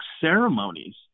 ceremonies